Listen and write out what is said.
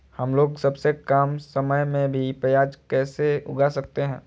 हमलोग सबसे कम समय में भी प्याज कैसे उगा सकते हैं?